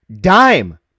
Dime